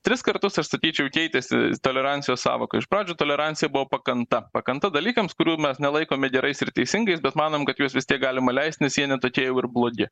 tris kartus aš sakyčiau keitėsi tolerancijos sąvoka iš pradžių tolerancija buvo pakanta pakanta dalykams kurių mes nelaikome gerais ir teisingais bet manom kad juos vis tiek galima leist nes jie ne tokie jau ir blogi